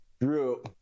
drew